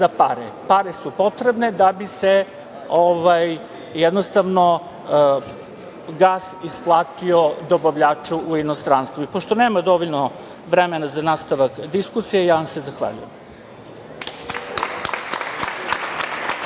Pare su potrebne da bi se jednostavno gas isplatio dobavljaču u inostranstvu. Pošto nema dovoljno vremena za nastavak diskusije, ja vam se zahvaljujem.